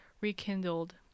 rekindled